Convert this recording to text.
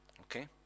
Okay